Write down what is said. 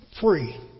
free